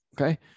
okay